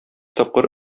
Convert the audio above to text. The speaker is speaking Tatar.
тапкыр